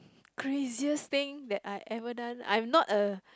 craziest thing I've ever done I'm not a